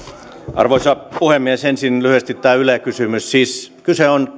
arvoisa puhemies ensin lyhyesti tämä yle kysymys siis kyse on